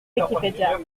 wikipedia